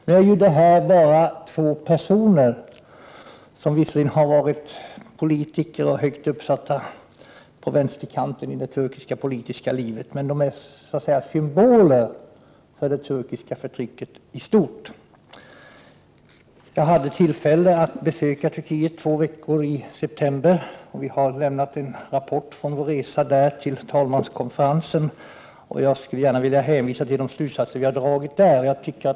Det gäller här bara två personer, som visserligen har varit politiker och högt uppsatta personer på vänsterkanten i det turkiska politiska livet, men som är symboler för det turkiska förtrycket i stort. Jag hade tillfälle att besöka Turkiet under två veckor i september, och vi har lämnat en rapport från resan till talmanskonferensen. Jag vill gärna hänvisa till de slutsatser vi dragit där.